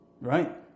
Right